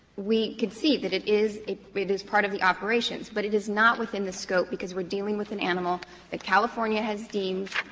we concede that it is, it is part of the operations. but it is not within the scope because we are dealing with an animal that california has deemed